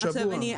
השבוע.